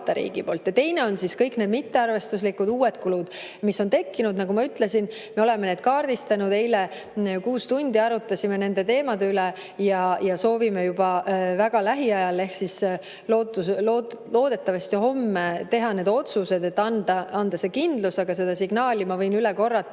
teine on siis kõik need mittearvestuslikud uued kulud, mis on tekkinud. Nagu ma ütlesin, me oleme need kaardistanud. Eile kuus tundi arutasime nende teemade üle ja soovime juba väga lähiajal ehk loodetavasti homme teha need otsused, et anda see kindlus, aga seda signaali ma võin üle korrata,